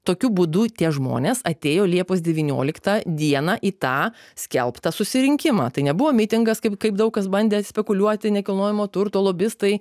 tokiu būdu tie žmonės atėjo liepos devynioliktą dieną į tą skelbtą susirinkimą tai nebuvo mitingas kaip kaip daug kas bandė spekuliuoti nekilnojamo turto lobistai